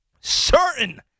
certain